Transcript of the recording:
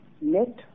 net